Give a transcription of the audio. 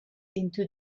into